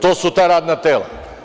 To su ta radna tela.